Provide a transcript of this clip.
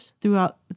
throughout